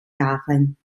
jahren